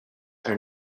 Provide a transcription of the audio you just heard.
are